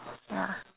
ya